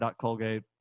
colgate